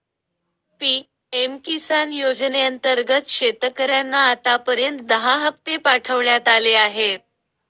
PM Kisan योजनेअंतर्गत शेतकऱ्यांना आतापर्यंत दहा हप्ते पाठवण्यात आले आहेत